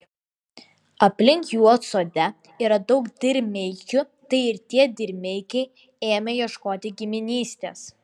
aplink juodsodę yra daug dirmeikių tai ir tie dirmeikiai ėmė ieškoti giminystės